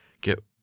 get